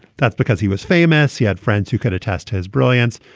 that's because he was famous. he had friends who could attest his brilliance,